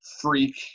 freak